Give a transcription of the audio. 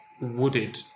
wooded